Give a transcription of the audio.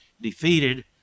defeated